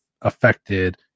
affected